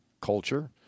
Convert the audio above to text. culture